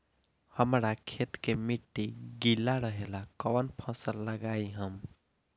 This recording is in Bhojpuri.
हमरा खेत के मिट्टी गीला रहेला कवन फसल लगाई हम?